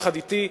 יחד אתי,